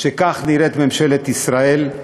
שכך נראית ממשלת ישראל,